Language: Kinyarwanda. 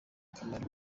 akamaro